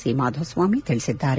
C Madhuswamy ತಿಳಿಸಿದ್ದಾರೆ